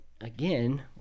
again